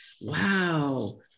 wow